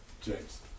James